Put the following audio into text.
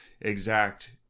exact